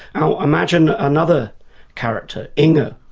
now imagine another character, inga,